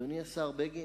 אדוני השר בגין,